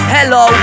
Hello